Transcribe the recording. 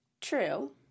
True